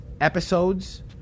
episodes